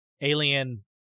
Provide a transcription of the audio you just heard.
alien